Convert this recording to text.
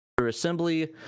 assembly